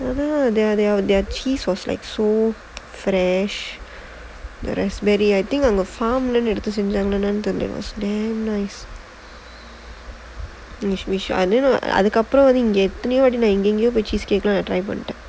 further there are there are their cheese was like so fresh the raspberry I think on the farmland E எடுத்து செஞ்சாங்களான்னு தெரில:eduthu senjaangalaannu therila there was damn nice which which I didn't know other couple அதுக்கு அப்புறம் இங்க வந்து எங்கெங்கயோ போய்:athukku appuram inga vanthu engengayo poi cheesecake நான்:naan try பண்ணிட்டேன்:pannittaen